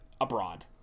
abroad